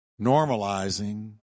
normalizing